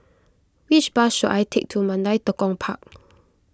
which bus should I take to Mandai Tekong Park